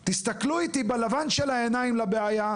תסתכלו איתי בלבן של העיניים לבעיה,